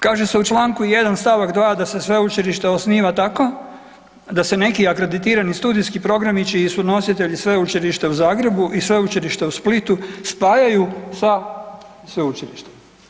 Kaže se u čl. 1 st. 2 da se Sveučilište osniva tako da se neki akreditirani studijski programi čiji su nositelji Sveučilište u Zagrebu i Sveučilište u Splitu spajaju sa Sveučilištem.